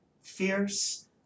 fierce